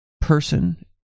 person